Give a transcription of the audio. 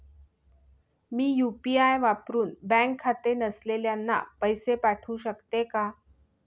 मी UPI वापरुन bank खाते नसलेल्यांना पैसे पाठवू शकते का?